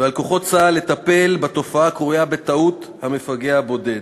ועל כוחות צה"ל לטפל בתופעה הקרויה בטעות "המפגע הבודד".